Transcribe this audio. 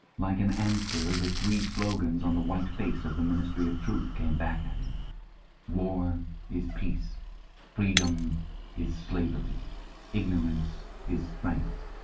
like an answer, the three slogans on the white face of the ministry of truth came back to him war is peace freedom is slavery ignorance is strength